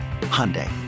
Hyundai